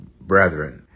brethren